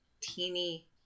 teeny